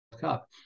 Cup